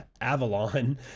Avalon